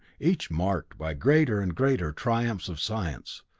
each marked by greater and greater triumphs of science.